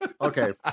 Okay